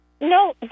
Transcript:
No